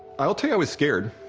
i'll tell you, i was scared.